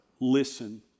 listen